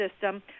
system